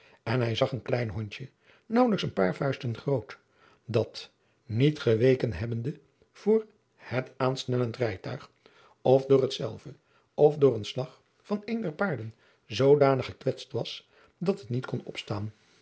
en hij zag een klein hondje naauwelijks een paar vuisten groot dat niet geweken hebbende voor her aansnellend rijtuig of door hetzelve of door een slag van een der paarden zoodanig gekwetst was dat het niet kon opstaan